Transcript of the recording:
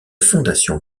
fondation